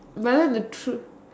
but then the true